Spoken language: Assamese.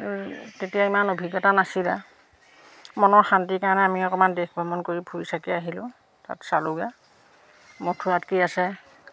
আৰু তেতিয়া ইমান অভিজ্ঞতা নাছিলে মনৰ শান্তিৰ কাৰণে আমি অকমান দেশ ভ্ৰমণ কৰি ফুৰি চাকি আহিলোঁ তাত চালোগৈ মথুৰাত কি আছে